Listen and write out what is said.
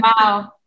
Wow